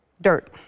dirt